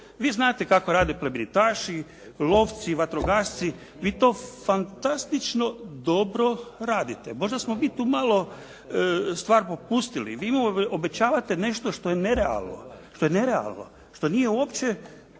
Vi znate kako rade plemenitaši, lovci, vatrogasci, vi to fantastično dobro radite. Možda smo mi tu malo stvar popustili. Vi nama obećavate nešto što je nerealno, što nije uopće